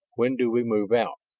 when do we move out?